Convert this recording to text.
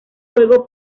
juego